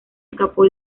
escapó